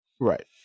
right